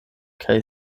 kaj